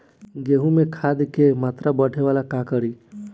गेहूं में खाद के मात्रा बढ़ावेला का करी?